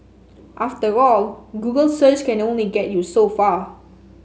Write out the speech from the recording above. after all Google search can only get you so far